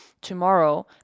tomorrow